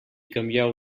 canvieu